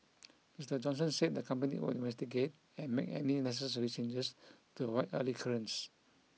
Mister Johnson said the company would investigate and make any necessary changes to avoid a recurrence